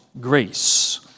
grace